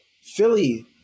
Philly